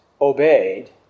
obeyed